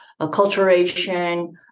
acculturation